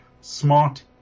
smart